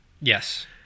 Yes